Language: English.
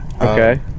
Okay